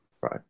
Right